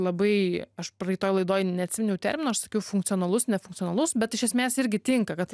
labai aš praeitoj laidoj neatsiminiau termino aš sakiau funkcionalus nefunkcionalus bet iš esmės irgi tinka kad